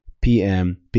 PM